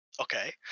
Okay